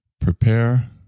Prepare